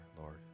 Lord